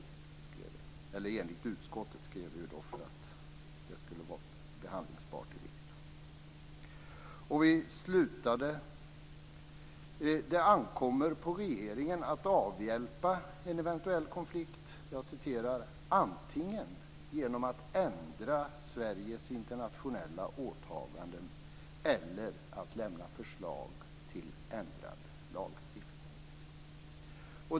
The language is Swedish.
Detta var den formulering som vi i utskottet kom fram till för att reservationen skulle vara möjlig att behandla i kammaren. Vi avslutade på följande sätt: Det ankommer på regeringen att avhjälpa en eventuell konflikt "genom att antingen ändra Sveriges internationella åtaganden eller genom att lämna förslag till ändrad lagstiftning".